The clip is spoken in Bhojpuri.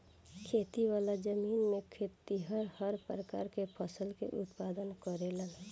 खेती वाला जमीन में खेतिहर हर प्रकार के फसल के उत्पादन करेलन